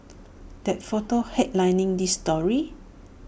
that photo headlining this story